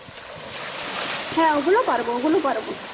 হ্যাঁ ওগুলো পারব ওগুলো পারব